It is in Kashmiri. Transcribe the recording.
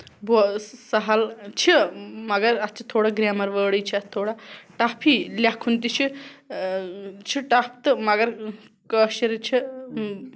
بولٕنۍ سَہل چھِ مَگر اَتھ چھِ تھوڑا گریمَر وٲڑٕے چھِ اَتھ تھوڑا ٹپھ ہی لٮ۪کُھن تہِ چھُ چھُ ٹپھ تہٕ مَگر کٲشِر چھِ